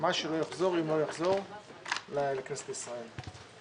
מה שלא יחזור, אם לא יחזור לכנסת ישראל.